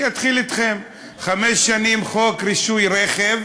אני אתחיל אתכם: חמש שנים חוק רישוי רכב